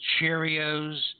Cheerios